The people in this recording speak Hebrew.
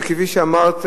שכפי שאמרת,